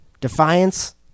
Defiance